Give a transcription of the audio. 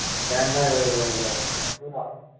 ఇంకా అంటే వైట్ నోట్స్లు